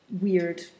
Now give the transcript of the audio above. weird